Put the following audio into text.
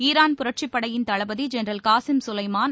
Iran புரட்சிப் படையின் தளபதி ஜென்ரல் காசிம் சுலைமான்